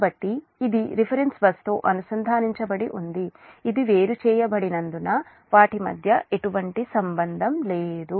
కాబట్టి ఇది రిఫరెన్స్ బస్సుతో అనుసంధానించబడి ఉంది ఇవి వేరుచేయబడినందున వాటి మధ్య ఎటువంటి సంబంధం లేదు